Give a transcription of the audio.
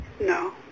No